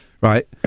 right